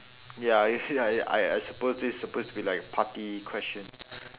ya ya I I suppose this supposed to be like party question